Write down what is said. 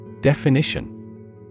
Definition